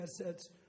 assets